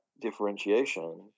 differentiation